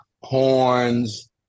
horns